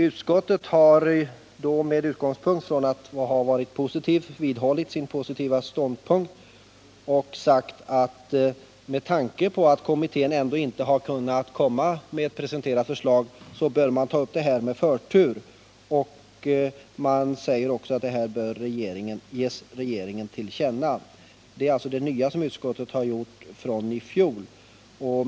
Utskottet har då med utgångspunkt i att det varit positivt vidhållit sin positiva ståndpunkt och sagt att man med tanke på att kommittén ändå inte har kommit med ett förslag bör ta upp frågan med förtur. Utskottet föreslår också att detta ges regeringen till känna. Det är det nya som utskottet har gjort från i fjol.